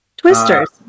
Twisters